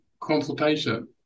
consultation